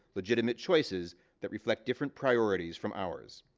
legitimate choices that reflect different priorities from ours.